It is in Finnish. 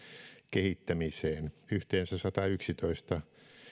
kehittämiseen yhteensä satayksitoista